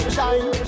Shine